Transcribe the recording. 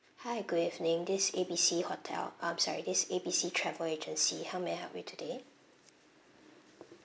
hi good evening this is A B C hotel um sorry this is A B C travel agency how may I help you today